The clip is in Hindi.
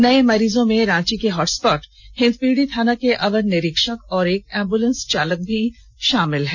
नये मरीजों में रांची के हॉटस्पॉट हिंदपीढ़ी थाना के अवर निरीक्षक और एक एम्बुलेंस चालक भी शामिल हैं